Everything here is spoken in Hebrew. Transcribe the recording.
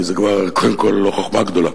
כי זה כבר, קודם כול, לא חוכמה גדולה.